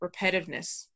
repetitiveness